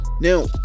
Now